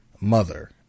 Mother